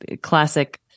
classic